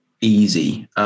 easy